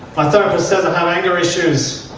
my therapist says i have anger issues.